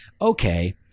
okay